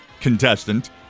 contestant